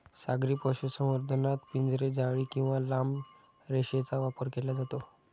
सागरी पशुसंवर्धनात पिंजरे, जाळी किंवा लांब रेषेचा वापर केला जातो